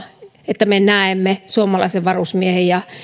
että me näemme suomalaisen varusmiehen ja